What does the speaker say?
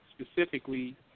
specifically